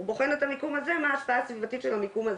הוא בוחן את המיקום הזה מה ההשפעה הסביבתית של המיקום הזה.